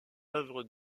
œuvre